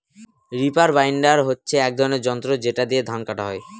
reaper binder হচ্ছে এক ধরনের যন্ত্র যেটা দিয়ে ধান কাটা হয়